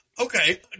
Okay